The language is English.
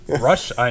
Rush